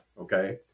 okay